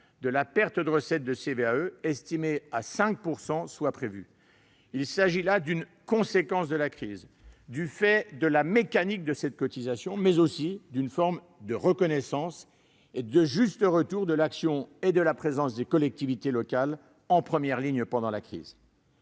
des entreprises (CVAE), estimée à 5 % en 2022. Il s'agit là non seulement d'une conséquence de la crise, du fait de la mécanique de cette cotisation, mais aussi d'une forme de reconnaissance et d'un juste retour de l'action et de la présence des collectivités territoriales, en première ligne pendant la crise.